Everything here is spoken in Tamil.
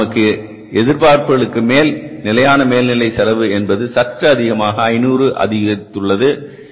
ஆனால் நமது எதிர்பார்ப்புகளுக்கு மேல் நிலையான மேல்நிலை செலவு என்பது சற்று அதிகரித்து ரூபாய் 500 உயர்ந்துள்ளது